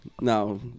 No